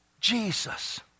Jesus